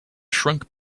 shrunk